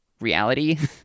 reality